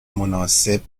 مناسب